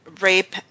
rape